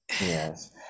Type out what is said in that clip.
Yes